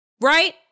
right